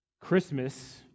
Christmas